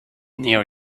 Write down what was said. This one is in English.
near